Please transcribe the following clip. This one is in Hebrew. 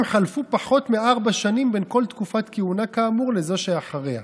אם חלפו פחות מארבע שנים בין כל תקופת כהונה כאמור לזאת שאחריה.